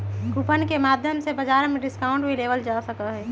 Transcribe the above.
coupon के माध्यम से बाजार में डिस्काउंट भी लेबल जा सका हई